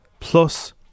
Plus